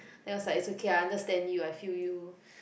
then I was like it's okay I understand you I feel you